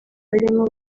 barimo